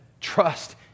Trust